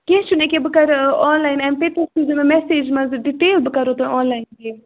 کیٚنٛہہ چھُنہٕ أکہِ بہٕ کَرٕ آن لایِن ایٚم پے تُہۍ سوٗزِو مےٚ میٚسیج منٛز ڈِٹیل بہٕ کَرہو تۄہہِ آن لاین پے